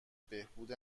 بهبود